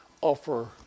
offer